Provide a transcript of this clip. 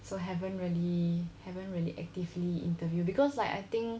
so haven't really haven't really actively interview because like I think